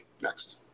Next